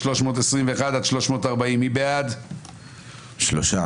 הרוויזיה הוסרה.